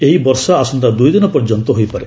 ଏହି ବର୍ଷା ଆସନ୍ତା ଦୁଇଦିନ ପର୍ଯ୍ୟନ୍ତ ହୋଇପାରେ